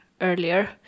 earlier